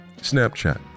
Snapchat